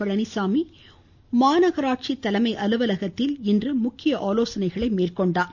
பழனிச்சாமி மாநகராட்சி தலைமை அலுவலகத்தில் இன்று ஆலோசனை மேற்கொண்டார்